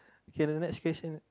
K the next question